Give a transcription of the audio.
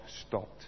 stopped